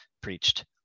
preached